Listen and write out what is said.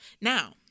Now